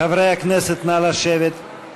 חברי הכנסת, נא לשבת.